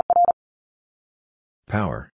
Power